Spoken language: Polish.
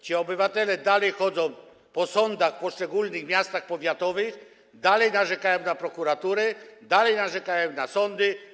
Ci obywatele dalej chodzą po sądach w poszczególnych miastach powiatowych, dalej narzekają na prokuratury, dalej narzekają na sądy.